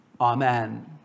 Amen